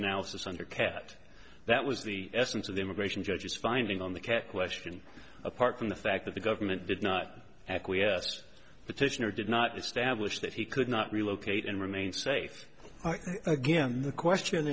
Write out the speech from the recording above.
analysis under cat that was the essence of the immigration judges finding on the cat question apart from the fact that the government did not acquiesce petitioner did not establish that he could not relocate and remain safe again the question